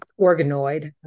organoid